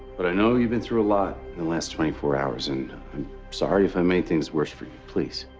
but i know you've been through a lot in the last twenty four hours, and i'm sorry if i made things worse for you. please.